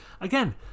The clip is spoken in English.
again